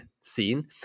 scene